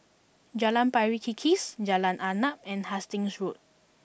Jalan Pari Kikis Jalan Arnap and Hastings Road